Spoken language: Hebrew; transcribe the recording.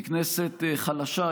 היא כנסת חלשה,